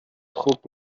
خوب